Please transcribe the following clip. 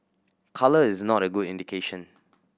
colour is not a good indication